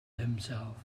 himself